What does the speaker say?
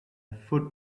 foot